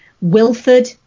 wilford